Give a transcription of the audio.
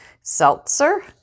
seltzer